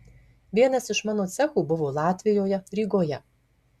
vienas iš mano cechų buvo latvijoje rygoje